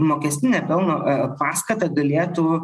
mokestinė pelno paskatą galėtų